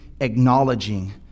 acknowledging